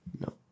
No